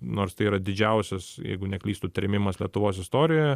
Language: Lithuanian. nors tai yra didžiausias jeigu neklystu trėmimas lietuvos istorijoje